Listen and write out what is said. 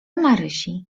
marysi